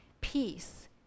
Peace